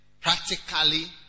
practically